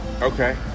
okay